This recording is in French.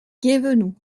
guévenoux